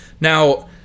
Now